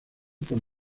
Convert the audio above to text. por